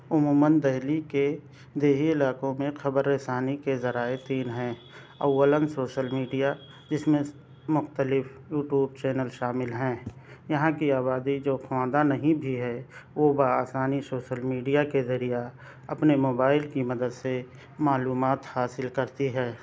عموماً دہلی کے دیہی علاقوں میں خبر رسانی کے ذرائع تین ہیں اولاً سوسل میڈیا جس میں مختلف یوٹوب چینل شامل ہیں یہاں کی آبادی جو خواندہ نہیں بھی ہے وہ بآسانی شوسل میڈیا کے ذریعہ اپنے موبائل کی مدد سے معلومات حاصل کرتی ہے